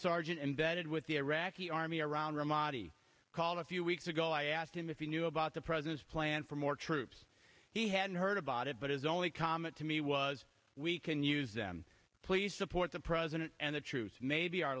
sergeant embedded with the iraqi army around ramadi called a few weeks ago i asked him if you knew about the president's plan for more troops he hadn't heard about it but his only comment to me was we can use them please support the president and the troops may be our